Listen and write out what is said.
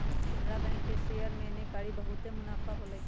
Canara bank के share में एन्नेकारी बहुते नफा होलई